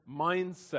mindset